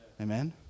Amen